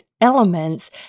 elements